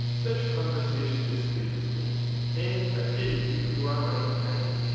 such conversation displeases me and i pity you who are my companions,